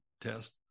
test